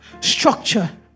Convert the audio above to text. structure